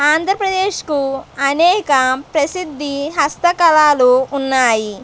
ఆంధ్రప్రదేశ్కు అనేక ప్రసిద్ధి హస్తకళాలు ఉన్నాయి